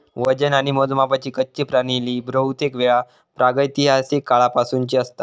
वजन आणि मोजमापाची कच्ची प्रणाली बहुतेकवेळा प्रागैतिहासिक काळापासूनची असता